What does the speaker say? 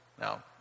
now